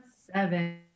seven